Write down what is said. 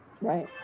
Right